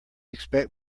expect